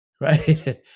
right